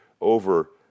over